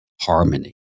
harmony